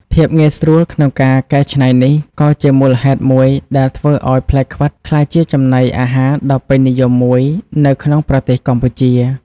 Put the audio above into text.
ភាពងាយស្រួលក្នុងការកែច្នៃនេះ ក៏ជាមូលហេតុមួយដែលធ្វើឲ្យផ្លែខ្វិតក្លាយជាចំណីអាហារដ៏ពេញនិយមមួយនៅក្នុងប្រទេសកម្ពុជា។